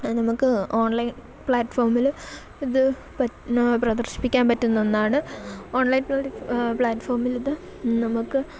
നമുക്ക് ഓൺലൈൻ പ്ലാറ്റ്ഫോമിൽ ഇത് പ പ്രദർശിപ്പിക്കാൻ പറ്റുന്ന ഒന്നാണ് ഓൺലൈൻ പ്ലാറ്റ് പ്ലാറ്റഫോമിലിതു നമുക്ക്